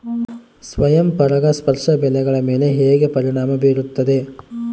ಸ್ವಯಂ ಪರಾಗಸ್ಪರ್ಶ ಬೆಳೆಗಳ ಮೇಲೆ ಹೇಗೆ ಪರಿಣಾಮ ಬೇರುತ್ತದೆ?